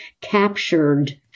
captured